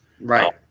Right